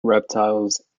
reptiles